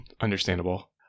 Understandable